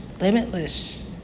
limitless